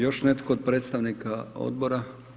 Još netko od predstavnika Odbora?